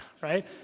right